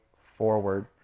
forward